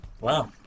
Wow